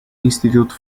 institute